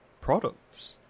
products